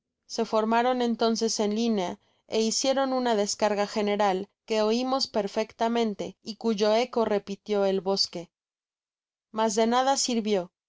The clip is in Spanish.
se formaron entonces en linea é hicieron una descarga general que oimos perfectamente y cuyo eco repitió el bosque mas de nada sirvió los